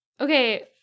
Okay